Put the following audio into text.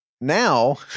Now